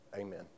Amen